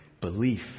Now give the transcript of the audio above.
belief